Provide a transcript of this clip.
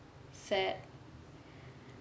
sad